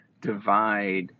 divide